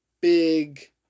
big